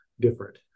different